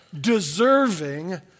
deserving